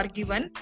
given